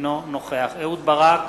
אינו נוכח אהוד ברק,